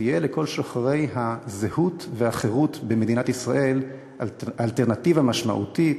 ותהיה לכל שוחרי הזהות והחירות במדינת ישראל אלטרנטיבה משמעותית,